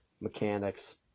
Mechanics